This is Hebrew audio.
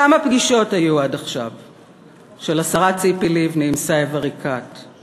כמה פגישות של השרה ציפי לבני וסאיב עריקאת היו עד עכשיו?